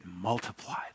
multiplied